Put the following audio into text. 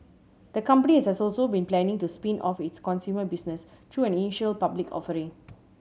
the company has also been planning to spin off its consumer business through an initial public offering